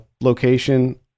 location